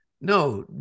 no